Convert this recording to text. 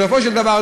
בסופו של דבר,